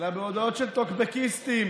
אלא בהודעות של טוקבקיסטים